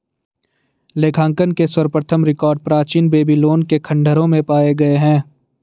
लेखांकन के सर्वप्रथम रिकॉर्ड प्राचीन बेबीलोन के खंडहरों में पाए गए हैं